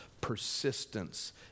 persistence